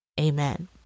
amen